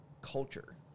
culture